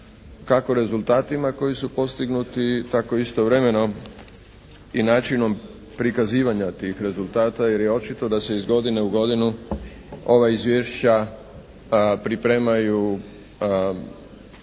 kako rezultatima koji su postignuti, tako istovremeno i načinom prikazivanja tih rezultata jer je očito da se iz godine u godinu ova izvješća pripremaju bolje